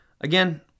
Again